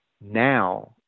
now